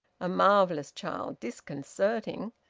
a marvellous child disconcerting!